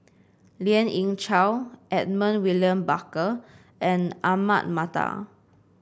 Lien Ying Chow Edmund William Barker and Ahmad Mattar